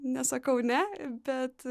nesakau ne bet